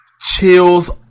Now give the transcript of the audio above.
chills